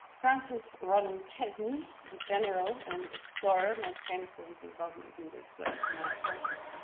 francis rawdon chesney, the general and explorer most famous for his involvement in the suez canal project,